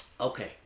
Okay